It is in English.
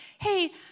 Hey